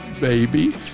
baby